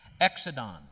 exodon